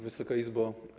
Wysoka Izbo!